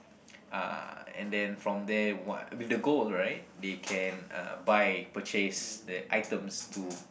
uh and then from there what with the gold right they can uh buy purchase the items to